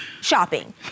shopping